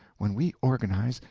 when we organize,